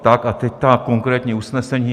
Tak a teď ta konkrétní usnesení.